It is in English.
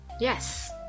Yes